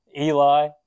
Eli